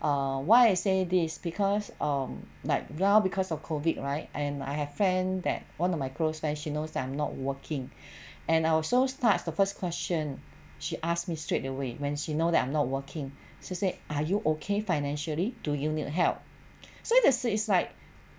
err why I say this because um like now because of COVID right and I have friend that one of my close friend she knows that I'm not working and I was so touch the first question she asked me straight away when she know that I'm not working she say are you okay financially do you need help so this is like